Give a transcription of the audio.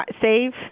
save